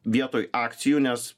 vietoj akcijų nes